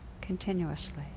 continuously